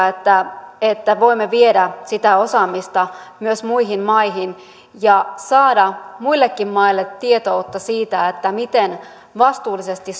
että että voimme viedä sitä osaamista myös muihin maihin ja saada muillekin maille tietoutta siitä miten vastuullisesti